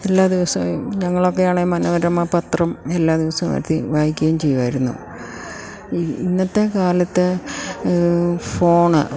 എല്ലാ ദിവസയും ഞങ്ങളൊക്കെയാണേൽ മനോരമ പത്രം എല്ലാ ദിവസവും വരുത്തി വായിക്കുകയും ചെയ്യുമായിരുന്നു ഇന്നത്തെക്കാലത്ത് ഫോണ്